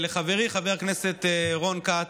לחברי חבר הכנסת רון כץ,